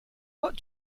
what